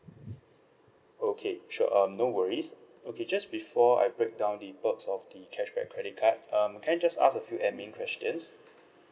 okay sure um no worries okay just before I break down the perks of the cashback credit card um can I just ask a few admin questions